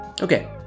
Okay